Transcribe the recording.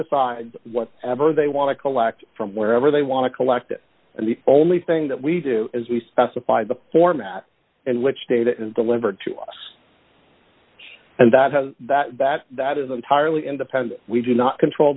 aside what ever they want to collect from wherever they want to collect it and the only thing that we do is we specify the format and which data is delivered to us and that has that that that is entirely independent we do not control